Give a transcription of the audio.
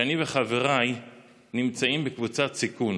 שאני וחבריי נמצאים בקבוצת סיכון